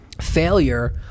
Failure